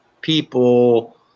people